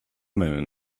moon